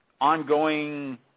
ongoing